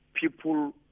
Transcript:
people